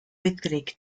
wyddgrug